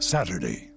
Saturday